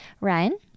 ryan